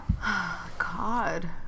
God